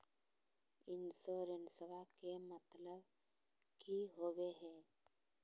इंसोरेंसेबा के मतलब की होवे है?